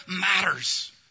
matters